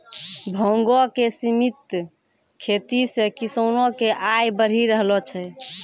भांगो के सिमित खेती से किसानो के आय बढ़ी रहलो छै